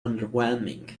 underwhelming